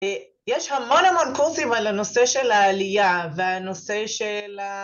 יש המון המון קורסים על הנושא של העלייה והנושא של...